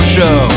Show